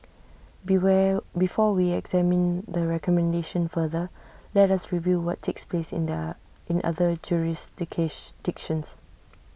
before we examine the recommendation further let us review what takes place in the in other jurisdictions